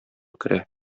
керә